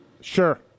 sure